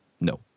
No